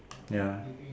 ya